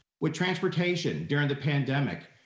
with transportation during the pandemic,